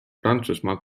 prantsusmaa